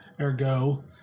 ergo